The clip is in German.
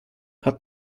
hat